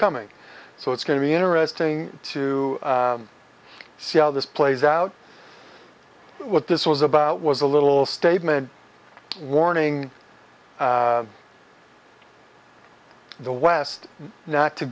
coming so it's going to be interesting to see how this plays out what this was about was a little statement warning the west not to